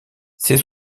ses